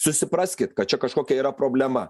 susipraskit kad čia kažkokia yra problema